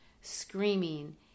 screaming